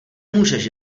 můžeš